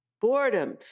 boredom